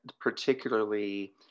particularly